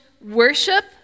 worship